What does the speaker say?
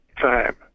time